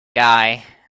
guy